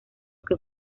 que